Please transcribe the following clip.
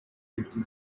gifted